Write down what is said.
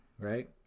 Right